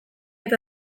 eta